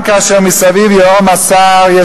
גם כאשר מסביב ייהום הסער,